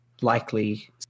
likely